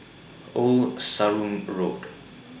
Old Sarum Road